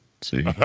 See